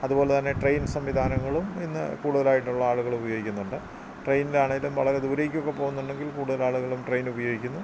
അതുപോലെതന്നെ ട്രെയിൻ സംവിധാനങ്ങളും ഇന്ന് കൂടുതലായിട്ടുള്ള ആളുകളുപയോഗിക്കുന്നുണ്ട് ട്രെയിനിലാണേലും വളരെ ദൂരേക്കൊക്കെ പോകുന്നുണ്ടെങ്കിൽ കൂടുതലാളുകളും ട്രെയിനുപയോഗിക്കുന്നു